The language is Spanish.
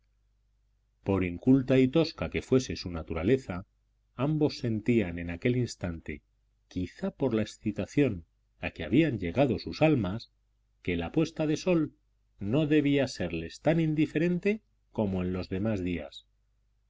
por inculta y tosca que fuese su naturaleza ambos sentían en aquel instante quizá por la excitación a que habían llegado sus almas que la puesta del sol no debía serles tan indiferente como en los demás días